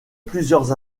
plusieurs